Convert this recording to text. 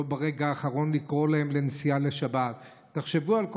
לא לקרוא להם ברגע האחרון לנסיעה בשבת.